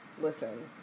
Listen